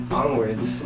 onwards